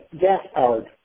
gas-powered